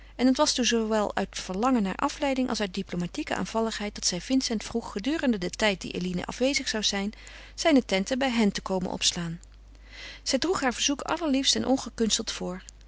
maken en het was dus zoowel uit verlangen naar afleiding als uit diplomatieke aanvalligheid dat zij vincent vroeg gedurende den tijd dien eline afwezig zou zijn zijne tenten bij hen te komen opslaan zij droeg haar verzoek allerliefst en ongekunsteld voor